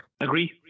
agree